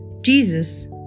Jesus